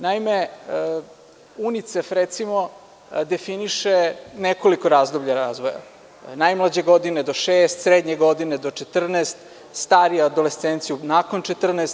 Naime, UNICEF, recimo, definiše nekoliko razdoblja razvoja: najmlađe godine do šest, srednje godine do 14 i starija adolescencija nakon 14.